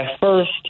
first